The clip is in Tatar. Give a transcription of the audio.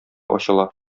ачыла